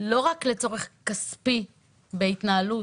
לצורך התנהלות,